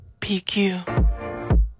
PQ